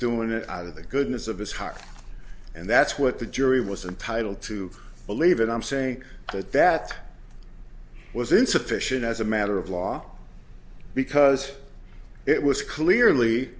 doing it out of the goodness of his heart and that's what the jury was entitled to believe and i'm saying that that was insufficient as a matter of law because it was clearly